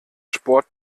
sport